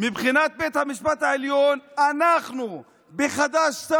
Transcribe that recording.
מבחינת בית המשפט העליון, אנחנו בחד"ש-תע"ל,